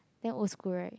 damn old school right